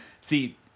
See